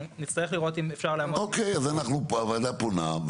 נצטרך לראות אם אפשר --- אוקיי אז הוועדה פונה,